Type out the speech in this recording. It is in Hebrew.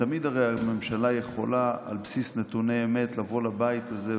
תמיד הרי ממשלה יכולה על בסיס נתוני אמת לבוא לבית הזה,